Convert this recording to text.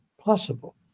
possible